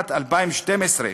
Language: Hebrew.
בשנת 2012,